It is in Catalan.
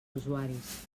usuaris